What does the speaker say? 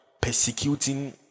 persecuting